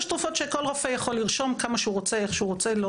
יש תרופות שכל רופא יכול לרשום כמה שהוא רוצה איך שהוא רוצה.